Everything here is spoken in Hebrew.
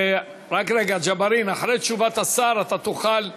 רק רגע, ג'בארין, אחרי תשובת השר אתה תוכל להתנגד,